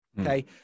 okay